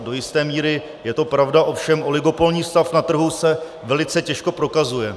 Do jisté míry je to pravda, ovšem oligopolní stav na trhu se velice těžko prokazuje.